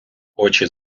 очі